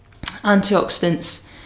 antioxidants